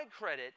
credit